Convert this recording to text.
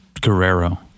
Guerrero